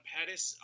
Pettis